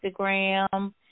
Instagram